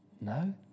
No